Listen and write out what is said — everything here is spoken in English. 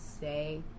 say